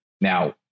Now